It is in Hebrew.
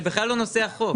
זה בכלל לא נושא החוק.